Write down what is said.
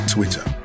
Twitter